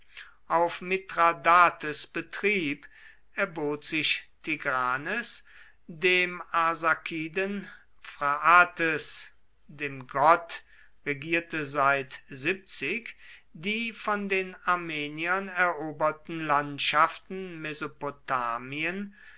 auf mithradates betrieb erbot sich tigranes dem arsakiden phraates dem gott regierte seit die von den armeniern eroberten landschaften